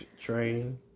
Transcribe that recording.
train